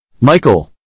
Michael